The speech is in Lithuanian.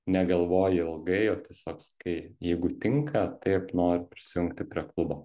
negalvoji ilgai o tiesiog kai jeigu tinka taip nori prisijungti prie klubo